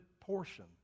portion